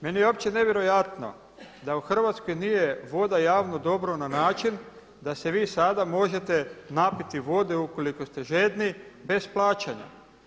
Meni je uopće nevjerojatno da u Hrvatskoj nije voda javno dobro na način da se vi sada možete napiti vode ukoliko ste žedni bez plaćanja.